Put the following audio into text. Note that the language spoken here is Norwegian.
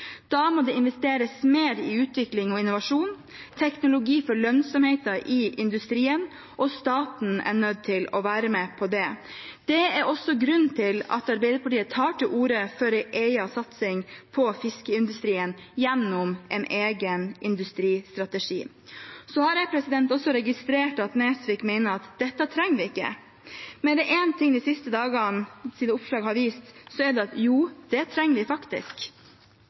Da må det investeres mer i utvikling og innovasjon og teknologi for lønnsomheten i industrien, og staten er nødt til å være med på det. Det er også grunnen til at Arbeiderpartiet tar til orde for en egen satsing på fiskeindustrien gjennom en egen industristrategi. Jeg har også registrert at Harald T. Nesvik mener at vi ikke trenger dette. Men er det én ting de siste dagers oppslag har vist, er det at jo, det trenger vi faktisk.